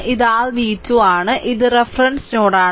ഇത് r v2 ആണ് ഇത് റഫറൻസ് നോഡാണ്